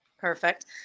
Perfect